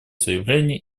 заявление